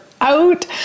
out